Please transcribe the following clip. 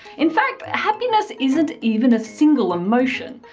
in fact, happiness isn't even a single emotion,